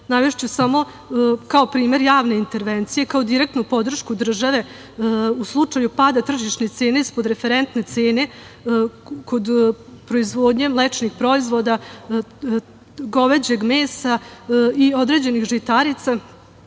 Navešću samo kao primer javne intervencije kao direktnu podršku države u slučaju pada tržišne cene ispod referentne cene kod proizvodnje mlečnih proizvoda, goveđeg mesa i određenih žitarica,